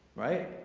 right?